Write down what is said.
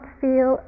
feel